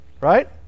Right